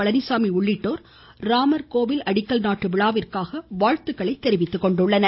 பழனிசாமி உள்ளிட்டோர் ராமர் கோவில் அடிக்கல் நாட்டு விழாவிற்காக வாழ்த்துக்களை தெரிவித்துக் கொண்டுள்ளனர்